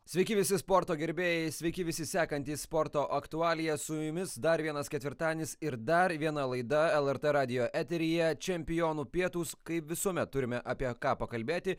sveiki visi sporto gerbėjai sveiki visi sekantys sporto aktualijas su jumis dar vienas ketvirtadienis ir dar viena laida lrt radijo eteryje čempionų pietūs kaip visuomet turime apie ką pakalbėti